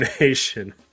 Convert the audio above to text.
nation